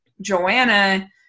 Joanna